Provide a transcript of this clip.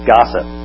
Gossip